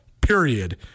period